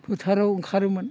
फोथाराव ओंखारोमोन